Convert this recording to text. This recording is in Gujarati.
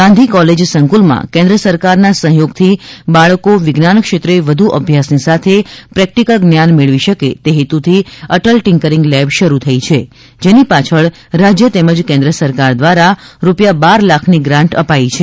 ગાંધી કોલેજ સંકુલમાં કેન્દ્ર સરકારના સહયોગથી બાળકો વિજ્ઞાન ક્ષેત્રે વધુ અભ્યાસની સાથે પ્રેક્ટિકલ જ્ઞાન મેળવી શકે તે હેતુથી અટલ ટિકરિંગ લેબ શરૂ થઈ છે જેની પાછળ રાજ્ય તેમજ કેન્દ્ર સરકાર દ્વારા રૂપિયા બાર લાખની ગ્રાન્ટ અપાઈ છે